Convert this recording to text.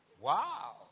Wow